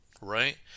right